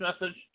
message